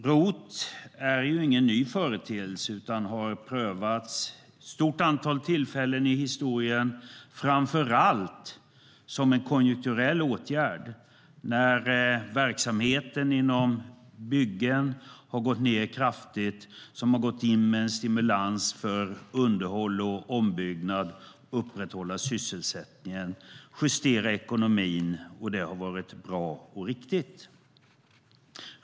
ROT är ju ingen ny företeelse, utan det har prövats vid ett stort antal tillfällen i historien, framför allt som en konjunkturell åtgärd när verksamheten på byggen har gått ned kraftigt. Då har man gått in med en stimulans för underhåll och ombyggnad för att upprätthålla sysselsättningen och justera ekonomin, och det har varit bra och riktigt.